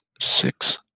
six